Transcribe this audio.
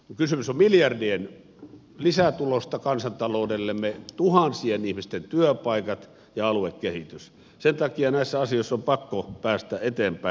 kun kysymys on miljar dien lisätulosta kansantaloudellemme tuhansien ihmisten työpaikoista ja aluekehityksestä niin sen takia näissä asioissa on pakko päästä eteenpäin